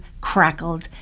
crackled